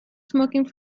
smoking